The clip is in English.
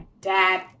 dad